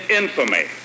infamy